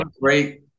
great